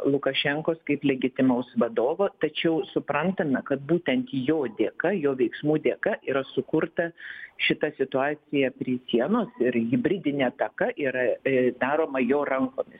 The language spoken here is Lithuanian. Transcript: lukašenkos kaip legitimaus vadovo tačiau suprantame kad būtent jo dėka jo veiksmų dėka yra sukurta šita situacija prie sienos ir hibridinė ataka yra daroma jo rankomis